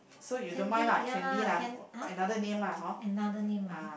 Candy ya lah can !huh! another name ah